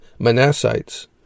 Manassites